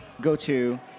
go-to